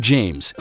James